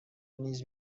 نیز